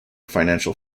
financial